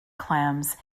clams